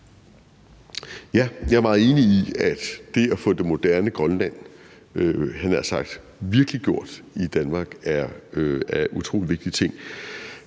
jeg er meget enig i, at det at få det moderne Grønland, havde jeg nær sagt, virkeliggjort i Danmark, er en utrolig vigtig ting.